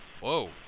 whoa